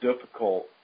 difficult –